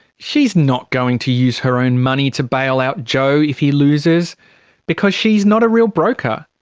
she's not going to use her own money to bail out joe if he loses because she is not a real broker,